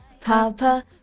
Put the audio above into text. Papa